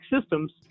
systems